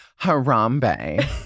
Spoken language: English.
harambe